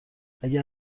اگر